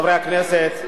חברי הכנסת,